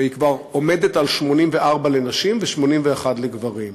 והיא כבר עומדת על 84 לנשים ו-81 לגברים.